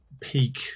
peak